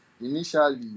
initially